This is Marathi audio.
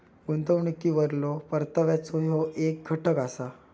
गुंतवणुकीवरलो परताव्याचो ह्यो येक घटक असा